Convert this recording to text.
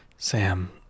Sam